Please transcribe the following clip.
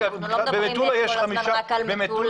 אנחנו לא מדברים כל הזמן רק על מטולה.